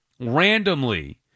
randomly